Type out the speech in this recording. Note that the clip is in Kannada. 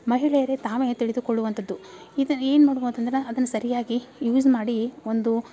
ಮಹಿಳೆಯರೇ ತಾವೇ ತಿಳಿದುಕೊಳ್ಳುವಂಥದ್ದು ಇದನ್ನು ಏನು ಮಾಡ್ಬೋದಂದ್ರೆ ಅದನ್ನು ಸರಿಯಾಗಿ ಯೂಸ್ ಮಾಡೀ ಒಂದು